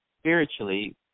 spiritually